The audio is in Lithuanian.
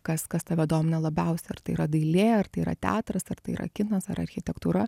kas kas tave domina labiausia ar tai yra dailė ar tai yra teatras ar tai yra kinas ar architektūra